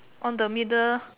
on the middle